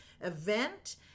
event